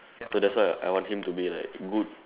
so that's why I I want him to be like good